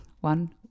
One